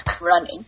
running